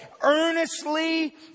earnestly